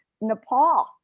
Nepal